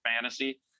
fantasy